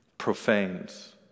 profanes